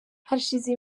hashize